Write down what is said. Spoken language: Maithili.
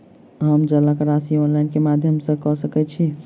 हम जलक राशि ऑनलाइन केँ माध्यम सँ कऽ सकैत छी?